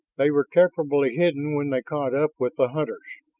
they were carefully hidden when they caught up with the hunters.